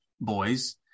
boys